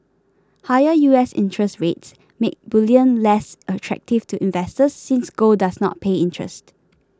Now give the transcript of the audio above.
higher U S interest rates make bullion less attractive to investors since gold does not pay interest